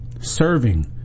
serving